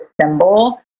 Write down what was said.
symbol